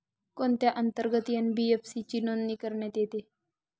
कोणत्या अंतर्गत एन.बी.एफ.सी ची नोंदणी करण्यात येते?